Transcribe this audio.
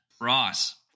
ross